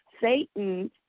Satan